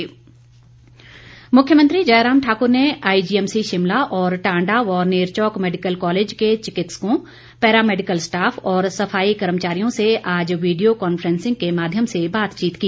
मुख्यमंत्री बातचीत मुख्यमंत्री जयराम ठाकुर ने आईजीएमसी शिमला और टांडा व नेरचौक मेडिकल कॉलेज के चिकित्सकों पैरा मेडिकल स्टाफ और सफाई कर्मचारियों से आज वीडियो कांफ्रेसिंग के माध्यम से बातचीत की